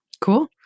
Cool